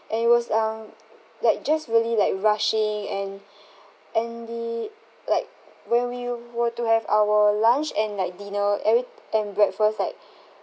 and it was um like just really like rushing and and the like when we were to have our lunch and like dinner every and breakfast like